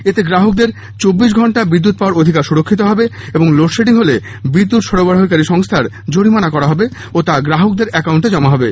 এতে গ্রাহকদের চব্বিশ ঘন্টা বিদ্যুৎ পাওয়ার অধিকার সুরক্ষিত হবে এবং লোড শেডিং হলে বিদ্যুৎ সরবরাহকারী সংস্থার জরিমানা করা হবে ও তা গ্রাহকদের অ্যাকাউন্টে জমা হবে